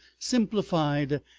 simplified,